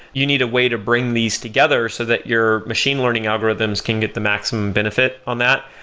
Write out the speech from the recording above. you need a way to bring these together so that your machine learning algorithms can get the maximum benefit on that.